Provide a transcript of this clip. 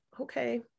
Okay